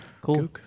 Cool